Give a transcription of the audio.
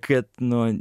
kad nu